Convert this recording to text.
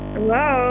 Hello